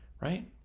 right